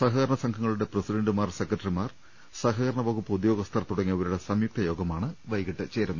സഹകരണ സംഘങ്ങളുടെ പ്രസി ഡന്റുമാർ സെക്രട്ടറിമാർ സഹകരണ വകുപ്പ് ഉദ്യോഗസ്ഥർ തുടങ്ങിയവരുടെ സംയുക്ത യോഗമാണ് വൈകീട്ട് ചേരുന്നത്